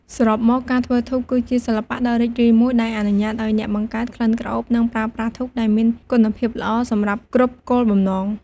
សរុបមកការធ្វើធូប គឺជាសិល្បៈដ៏រីករាយមួយ ដែលអនុញ្ញាតឱ្យអ្នកបង្កើតក្លិនក្រអូបនិងប្រើប្រាស់ធូបដែលមានគុណភាពល្អសម្រាប់គ្រប់គោលបំណង។